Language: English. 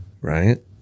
Right